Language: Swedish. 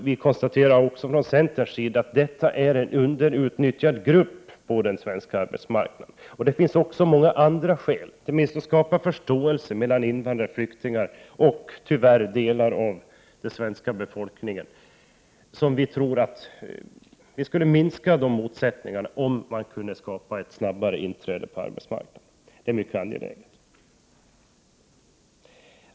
Vi konstaterar från centerns sida att detta är en underutnyttjad grupp på den svenska arbetsmarknaden. Det finns många andra skäl också, t.ex. att skapa förståelse mellan invandrare, flyktingar och hela den svenska befolkningen. Vi tror att vi skulle kunna minska eventuella motsättningarna om vi kunde skapa ett snabbare inträde på den svenska arbetsmarknaden. Det är mycket angeläget.